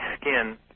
skin